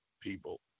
people